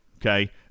okay